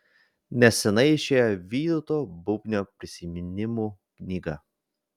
neseniai išėjo vytauto bubnio prisiminimų knyga